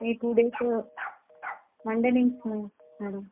ఈ two days Monday నుంచి madam